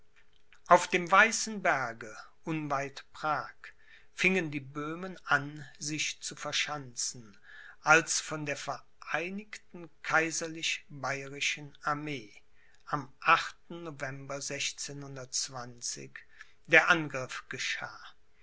auf dem weißen berge unweit prag fingen die böhmen an sich zu verschanzen als von der vereinigten kaiserlich bayerischen armee am november der angriff geschah